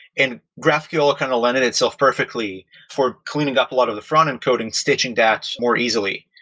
and graphql ah kind of landed itself perfectly for cleaning up a lot of the frontend coding, stitching that more easily.